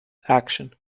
action